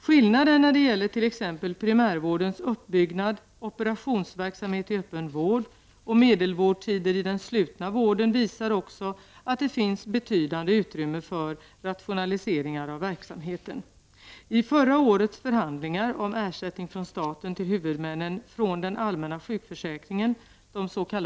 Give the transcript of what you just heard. Skillnader när det gäller t.ex. primärvårdens uppbyggnad, operationsverksamhet i öppen vård och medelvårdtider i den slutna vården visar också att det finns betydande utrymme för rationaliseringar av verksamheten.